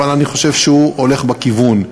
אבל אני חושב שהוא הולך בכיוון.